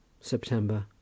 September